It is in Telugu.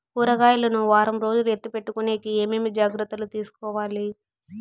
కూరగాయలు ను వారం రోజులు ఎత్తిపెట్టుకునేకి ఏమేమి జాగ్రత్తలు తీసుకొవాలి?